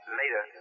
later